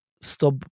Stop